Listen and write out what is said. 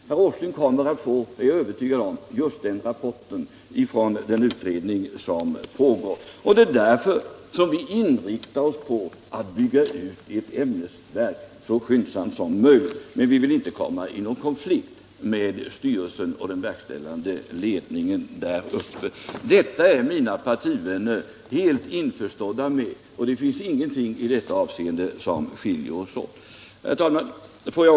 Herr Åsling kommer — det är jag övertygad om — att få just den rapporten från den utredning som pågår. Det är därför vi inriktar oss på att bygga ut ett ämnesverk så skyndsamt som möjligt. Men vi vill inte komma i konflikt med styrelsen och den verkställande ledningen där uppe. Detta är mina partivänner helt införstådda med. Det finns ingenting som skiljer oss åt i det avseendet. Herr talman!